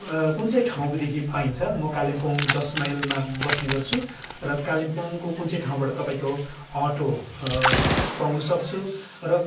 कुन चाहिँ ठाउँदेखि पाइन्छ म कालिम्पोङ दस माइलमा बस्ने गर्छु र कालिम्पोङको कुन चाहिँ ठाउँबाट तपाईँको अटो पाउनसक्छु र